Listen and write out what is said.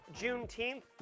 Juneteenth